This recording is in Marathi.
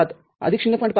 ७ ०